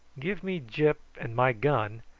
give me gyp and my gun,